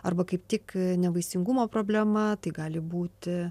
arba kaip tik nevaisingumo problema tai gali būti